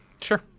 Sure